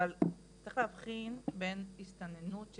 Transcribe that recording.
אבל צריך להבחין בין הסתננות,